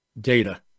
data